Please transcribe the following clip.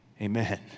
Amen